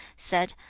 said,